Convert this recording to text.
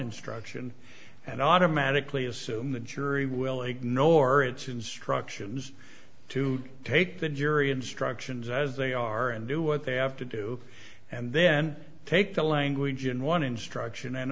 instruction and automatically assume the jury will ignore its instructions to take the jury instructions as they are and do what they have to do and then take the language in one instruction and